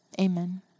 Amen